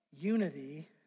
unity